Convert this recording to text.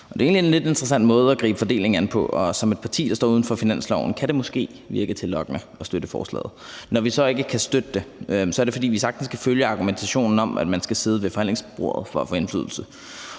en lidt interessant måde at gribe fordelingen an på, og som et parti, der står uden for finansloven, kan det måske virke tillokkende at støtte forslaget. Når vi så ikke kan støtte det, er det, fordi vi sagtens kan følge argumentationen om, at man skal sidde ved forhandlingsbordet for at få indflydelse.